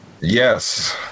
Yes